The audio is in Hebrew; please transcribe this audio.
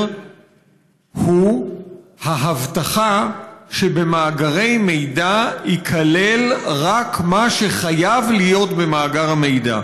הוא ההבטחה שבמאגרי מידע ייכלל רק מה שחייב להיות במאגר המידע.